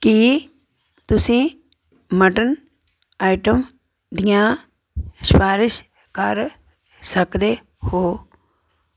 ਕਿ ਤੁਸੀ mutton item ਦੀਆਂ ਸਿਫਾਰਸ਼ ਕਰ ਸਕਦੇ ਹੋ